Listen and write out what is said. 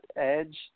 Edge